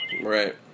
Right